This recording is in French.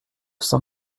cent